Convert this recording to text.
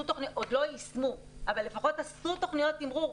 עוד לא יישמו אבל לפחות עשו תוכניות תמרור,